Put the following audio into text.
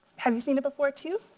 have you seen it before too?